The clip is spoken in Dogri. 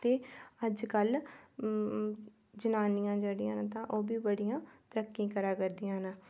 ते अजकल जनानियां जेह्ड़ियां हैन तां ओह् बी बड़ी तरक्की करा करदियां न